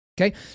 Okay